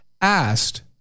asked